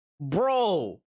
Bro